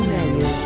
Menu